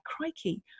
crikey